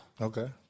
Okay